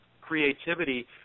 creativity